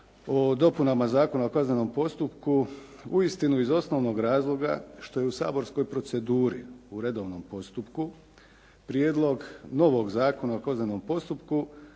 o dopunama Zakona o kaznenom postupku uistinu iz osnovnog razloga što je u saborskoj proceduri u redovnom postupku prijedlog novog Zakona o kaznenom postupku